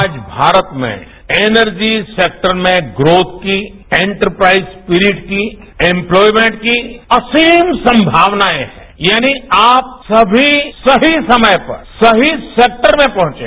आज भारत में एनर्जी सेक्टर में ग्रोथ की एंटर्याइस स्पिरिट की एम्पलॉयमेंट की असीम संभावनाएं यानि आप सभी सही समय पर सही सेक्टर में पहचे